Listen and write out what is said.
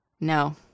no